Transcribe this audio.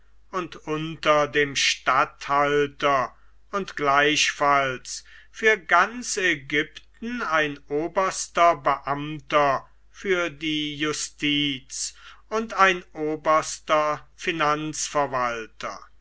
und unter dem statthalter und gleichfalls für ganz ägypten ein oberster beamter für die justiz und ein oberster